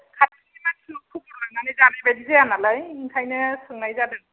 खाथिनि मानसिखौ खबर हरनानै जानाय बादि जाया नालाय ओंखायनो सोंनाय जादों